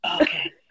Okay